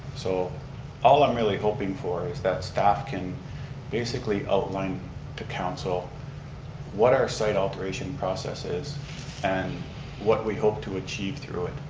so all i'm really hoping for is that staff can basically outline to council what our site alteration process is and what we hope to achieve through it.